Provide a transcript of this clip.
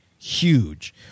huge